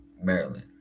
Maryland